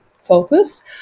focus